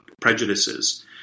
prejudices